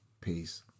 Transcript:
Peace